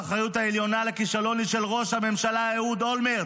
והאחריות העליונה לכישלון היא של ראש הממשלה אהוד אולמרט"